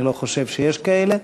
אני לא חושב שיש כאלה.